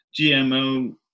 GMO